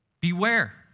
Beware